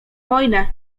wojnę